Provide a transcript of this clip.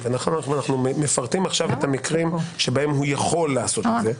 ומאחר שאנו מפרטים כעת את המקרים שבהם הוא יכול לעשות זאת,